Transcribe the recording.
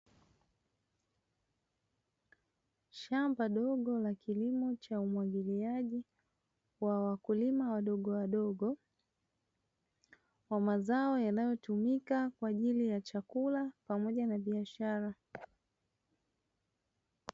Shamba dogo la kilimo cha umwagiliaji kwa wakulima wadogo wadogo wa mazao yanayotumika kwa ajili ya chakula pamoja na biashara.